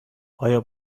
آیا